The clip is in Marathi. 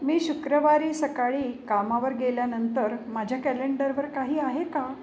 मी शुक्रवारी सकाळी कामावर गेल्यानंतर माझ्या कॅलेंडरवर काही आहे का